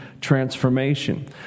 transformation